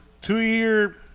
two-year